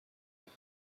meet